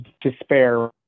despair